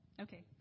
Okay